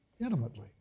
intimately